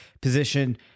position